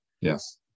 yes